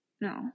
no